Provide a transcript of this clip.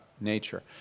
nature